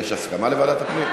יש הסכמה לוועדת הפנים?